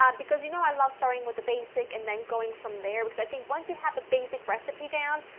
um because you know i love starting with a basic and then going from there because i think once you have the basic recipe down,